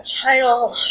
title